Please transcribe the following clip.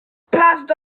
passed